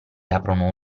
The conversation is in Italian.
aprono